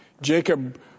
Jacob